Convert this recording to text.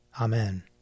Amen